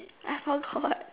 I forgot